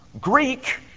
Greek